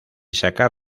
sacar